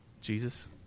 Jesus